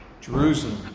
Jerusalem